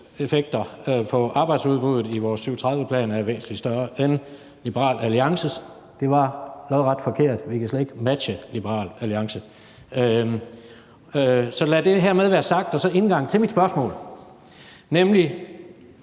effekter på arbejdsudbuddet i vores 2030-plan er væsentlig større end Liberal Alliances. Det var lodret forkert. Vi kan slet ikke matche Liberal Alliance. Så lad det hermed være sagt, og så indgangen til mit spørgsmål, nemlig: